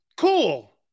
cool